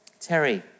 Terry